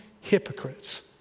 hypocrites